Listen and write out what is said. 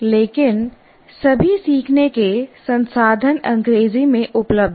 लेकिन सभी सीखने के संसाधन अंग्रेजी में उपलब्ध हैं